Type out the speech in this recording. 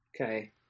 Okay